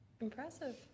impressive